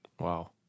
Wow